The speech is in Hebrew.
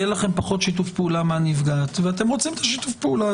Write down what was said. יהיה לכם פחות שיתוף פעולה מהנפגעת ואתם רוצים את זה.